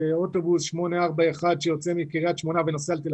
שאוטובוס 841 שיוצא מקרית שמונה ונוסע לתל